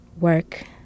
work